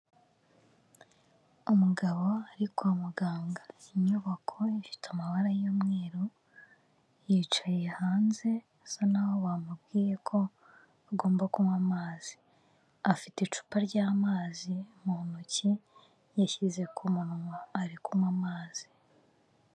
Umugabo ari kwa muganga, inyubako ifite amabara y'umweru, yicaye hanze asa naho bamubwiye ko agomba kunywa amazi, afite icupa ry'amazi mu ntoki yashyize ku munwa, ari kunywa amazi.